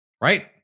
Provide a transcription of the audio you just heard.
right